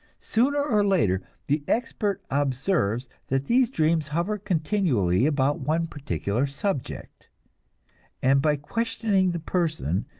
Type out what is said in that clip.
sooner or later the expert observes that these dreams hover continually about one particular subject and by questioning the person,